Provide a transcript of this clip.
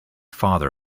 father